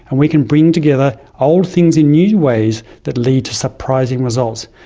and we can bring together old things in new ways that lead to surprising results.